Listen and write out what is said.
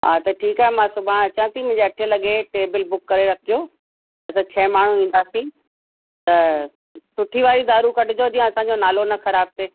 हा त ठीकु आहे मां सुभाणे अचां थी मुंहिंजी अठे लॻे टेबल बुक करे रखिजो असां छह माण्हू ईंदासीं त सुठी वारी दारू कढिजो जीअं असांजो नालो न ख़राबु थिए